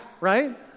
right